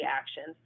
actions